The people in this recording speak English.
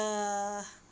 ~e